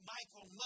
Michael